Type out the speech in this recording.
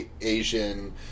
Asian